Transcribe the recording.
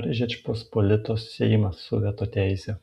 ar žečpospolitos seimas su veto teise